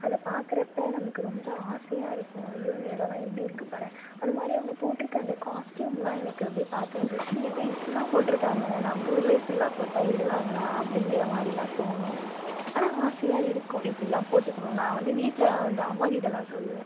அதை பார்க்குறப்ப நமக்கு ரொம்ப ஆசையாக இருக்கும் ஐயோ இந்த இடோம்லாம் எப்படி இருக்குது பாரேன் அதுமாதிரி அவங்க போட்டிருக்க அந்த காஸ்ட்யுமெலாம் எனக்கு அப்படியே பார்க்குறப்ப ச்சீ என்ன இப்படிலாம் போட்டிருக்காங்க நம்ப ஊரில் இப்படிலாம் போட்டால் விடுவாங்களா அப்படிங்கிற மாதிரிலாம் தோணும் ஆனால் ஆசையாக இருக்கும் இப்படிலாம் போட்டுக்கணும் நான் வந்து வீட்டில் தான் வந்து அம்மா கிட்டேலாம் சொல்லுவேன்